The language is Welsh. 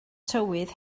tywydd